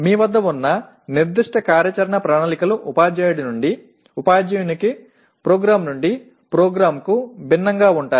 మీ వద్ద ఉన్న నిర్దిష్ట కార్యాచరణ ప్రణాళికలు ఉపాధ్యాయుడి నుండి ఉపాధ్యాయునికి ప్రోగ్రామ్ నుండి ప్రోగ్రామ్కు భిన్నంగా ఉంటాయి